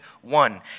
one